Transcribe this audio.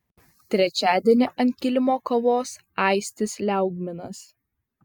trečiadienį ant kilimo kovos aistis liaugminas